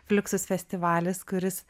fliuksus festivalis kuris